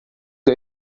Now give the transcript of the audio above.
que